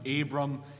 Abram